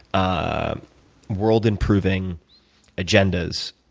ah world improving agendas.